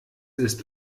ist